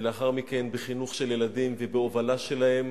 ולאחר מכן בחינוך של ילדים ובהובלה שלהם